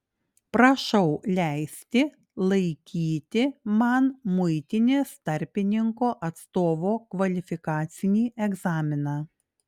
prašau leisti laikyti man muitinės tarpininko atstovo kvalifikacinį egzaminą